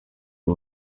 uyu